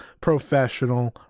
professional